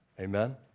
Amen